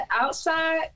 outside